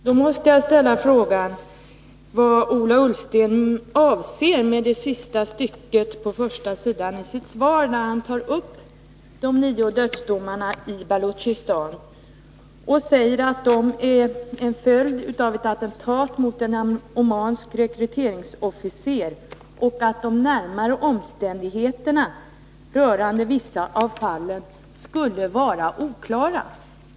Herr talman! Då måste jag ställa frågan vad Ola Ullsten avser med det näst sista stycket i svaret, där han tar upp de nio dödsdomarna i Baluchistan och säger att de är en följd av ett attentat mot en omansk rekryteringsofficer och att de närmare omständigheterna rörande vissa av fallen skulle vara oklara.